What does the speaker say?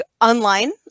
online